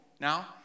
Now